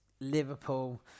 Liverpool